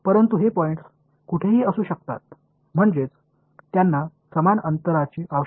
எனவே நீங்கள் என்ன செய்வீர்கள்